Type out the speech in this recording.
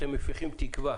אתם מפיחים תקווה